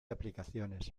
aplicaciones